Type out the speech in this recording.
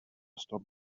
stop